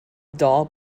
doll